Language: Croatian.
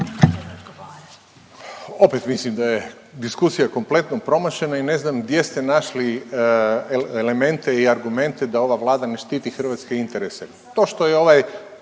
Mislim da je diskusija kompletno promašena i ne znam gdje ste našli elemente i argumente da ova Vlada ne štiti hrvatske interese.